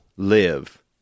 Live